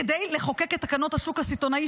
כדי לחוקק את תקנות השוק הסיטונאי,